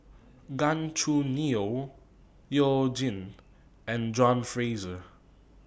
Gan Choo Neo YOU Jin and John Fraser